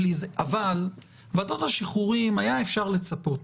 אבל, ועדות השחרורים, היה אפשר לצפות.